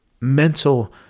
mental